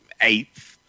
eighth